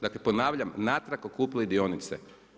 Dakle, ponavljam natrag otkupili dionice.